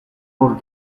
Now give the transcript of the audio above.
rôles